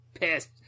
pissed